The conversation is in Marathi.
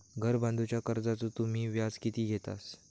घर बांधूच्या कर्जाचो तुम्ही व्याज किती घेतास?